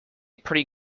pretty